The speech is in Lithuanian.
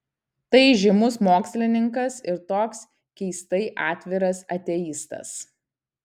tai įžymus mokslininkas ir toks keistai atviras ateistas